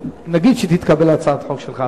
נגיד שתתקבל הצעת החוק שלך,